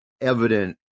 evident